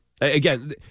again